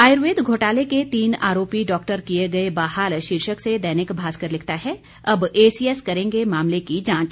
आयुर्वेद घोटाले के तीन आरोपी डॉक्टर किए गए बहाल शीर्षक से दैनिक भास्कर लिखता है अब एसीएस करेंगे मामले की जांच